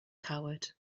coward